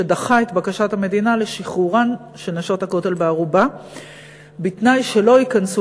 שדחה את בקשת המדינה לשחרורן של "נשות הכותל" בערובה בתנאי שלא ייכנסו